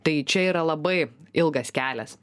tai čia yra labai ilgas kelias